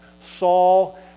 Saul